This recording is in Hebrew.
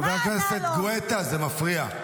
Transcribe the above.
חבר הכנסת גואטה, זה מפריע.